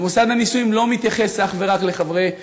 שמוסד הנישואים לא מתייחס אך ורק לחברי הקהילה,